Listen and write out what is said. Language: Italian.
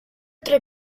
tre